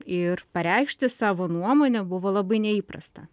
ir pareikšti savo nuomonę buvo labai neįprasta